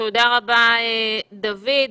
תודה רבה, דוד.